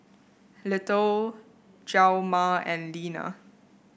Little Hjalmar and Lena